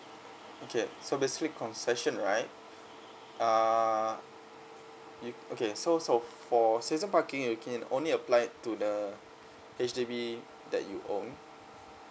okay so basically concession right err you okay so so for season parking you can only apply it to the H_D_B that you owned